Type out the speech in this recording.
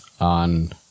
on